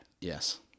Yes